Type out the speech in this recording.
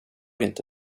inte